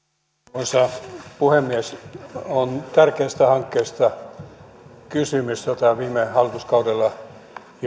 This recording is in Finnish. arvoisa puhemies on kysymys tärkeästä hankkeesta jota jo viime hallituskaudella